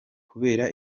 kubera